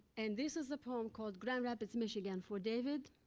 and this is a poem called grand rapids, michigan, for david